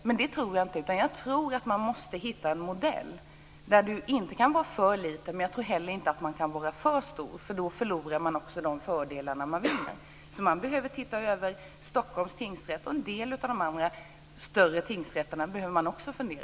Men det tror jag inte på, utan vi måste hitta en modell där man inte är för liten men inte heller för stor, för då förlorar man de fördelar man annars vinner. Så vi behöver titta över Stockholms tingsrätt och en del andra större tingsrätter.